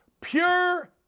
Pure